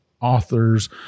authors